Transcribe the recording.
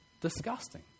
disgusting